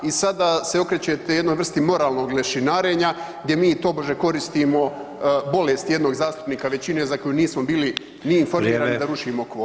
I sada se okrećete jednoj vrsti moralnog lešinarenja gdje mi tobože koristimo bolest jednog zastupnika većine za koju nismo bili [[Upadica Sanader: Vrijeme.]] ni informirani da rušimo kvorum.